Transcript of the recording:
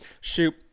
shoot